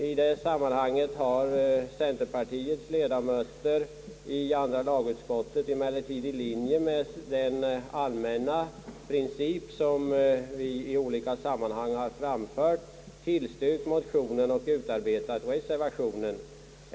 I det sammanhanget har centerpartiets ledamöter av andra lagutskottet emellertid i linje med den allmänna princip som vi i olika sammanhang framfört tillstyrkt motionerna och utarbetat reservationen.